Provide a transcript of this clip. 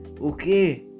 okay